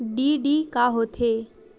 DD का होथे?